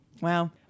wow